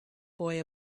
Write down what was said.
boy